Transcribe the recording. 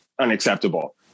unacceptable